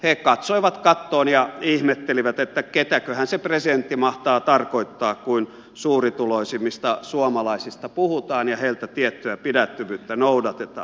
he katsoivat kattoon ja ihmettelivät että ketäköhän se presidentti mahtaa tarkoittaa kun suurituloisimmista suomalaisista puhutaan ja heiltä tiettyä pidättyvyyttä noudatetaan